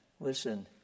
Listen